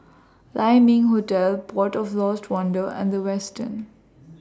Lai Ming Hotel Port of Lost Wonder and The Westin